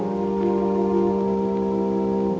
or